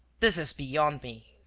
this is beyond me!